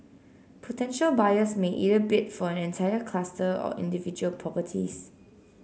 potential buyers may either bid for an entire cluster or individual properties